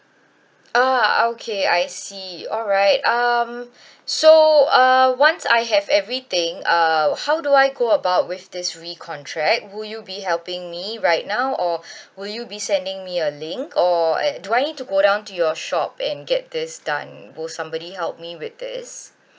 ah okay I see alright um so uh once I have every thing uh how do I go about with this recontract will you be helping me right now or will you be sending me a link or uh do I need to go down to your shop and get this done will somebody help me with this